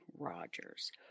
Rogers